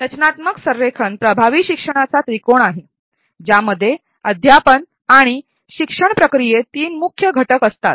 रचनात्मक संरेखन प्रभावी शिक्षणाचा त्रिकोण आहे ज्यामध्ये अध्यापन आणि शिक्षण प्रक्रियेत तीन मुख्य घटक असतात